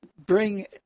Bring